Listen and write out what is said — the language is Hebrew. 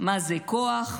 מהם כוח,